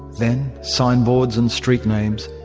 then signboards and street names,